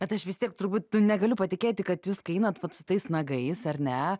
bet aš vis tiek turbūt negaliu patikėti kad jūs kai einat vat su tais nagais ar ne